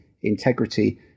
integrity